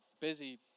busy